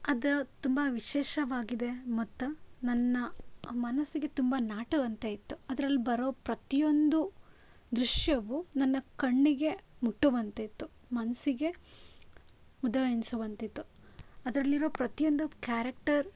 ಅದು ತುಂಬ ವಿಶೇಷವಾಗಿದೆ ಮತ್ತು ನನ್ನ ಮನಸ್ಸಿಗೆ ತುಂಬ ನಾಟುವಂತೆ ಇತ್ತು ಅದ್ರಲ್ಲಿ ಬರೋ ಪ್ರತಿಯೊಂದು ದೃಶ್ಯವು ನನ್ನ ಕಣ್ಣಿಗೆ ಮುಟ್ಟುವಂತಿತ್ತು ಮನಸ್ಸಿಗೆ ಮುದ ಎನಿಸುವಂತಿತ್ತು ಅದರಲ್ಲಿರೋ ಪ್ರತಿಯೊಂದು ಕ್ಯಾರೆಕ್ಟರ್